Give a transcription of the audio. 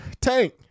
tank